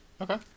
Okay